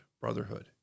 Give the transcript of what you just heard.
brotherhood